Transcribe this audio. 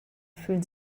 fühlen